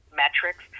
metrics